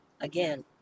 again